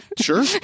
Sure